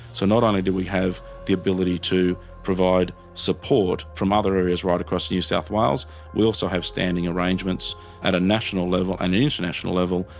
so not only do we have the ability to provide support from other areas right across new south wales we also have standing arrangements at a national level an international level,